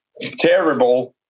terrible